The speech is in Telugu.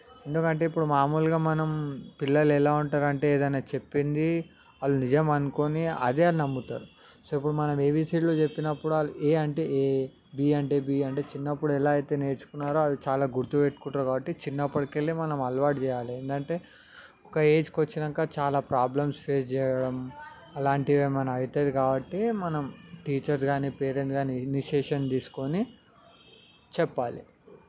ఎందుకంటే ఇప్పుడు మామూలుగా మనం పిల్లలెలా ఉంటారు అంటే ఏదైనా చెప్పింది వాళ్ళు నిజం అనుకోని అదే నమ్ముతారు సో ఇప్పుడు ఏబిసిడిలు చెప్పినప్పుడు ఏ అంటే ఏ బి అంటే బి చిన్నప్పుడు ఎలా అయితే నేర్చుకున్నారో అది చాలా గుర్తు పెట్టుకుంటారు కాబట్టి చిన్నప్పటికెళ్ళి మనం అలవాటు చేయాలి ఏందంటే ఒక ఏజ్ వచ్చినాక చాలా ప్రాబ్లమ్స్ ఫేస్ చేయడం అలాంటియేమైనా అవుతాయి కాబట్టి మనం టీచర్స్ గానీ పేరెంట్స్ గానీ ఇనీషియేషన్ తీసుకొని చెప్పాలి